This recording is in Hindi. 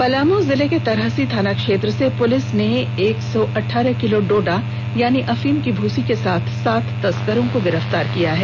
पलामू जिले के तरहसी थाना क्षेत्र से पूलिस ने एक सौ अठारह किलो डोडा यानि अफीम की भूसी के साथ सात तस्करों को गिरफ्तार किया है